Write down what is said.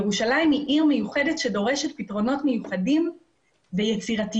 ירושלים היא עיר מיוחדת שדורשת פתרונות מיוחדים ויצירתיות.